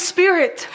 Spirit